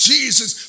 Jesus